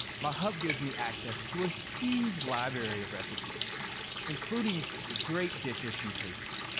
my hub gives me access to a huge library of recipes including great dishes from tasty.